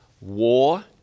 war